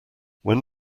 when